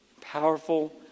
powerful